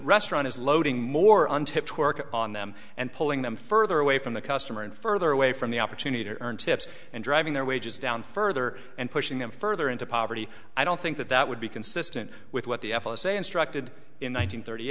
restaurant is loading more until on them and pulling them further away from the customer and further away from the opportunity to earn tips and driving their wages down further and pushing them further into poverty i don't think that that would be consistent with what the f s a instructed in one hundred thirty